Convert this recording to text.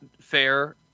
fair